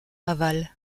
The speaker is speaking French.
aval